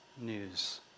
news